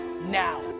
now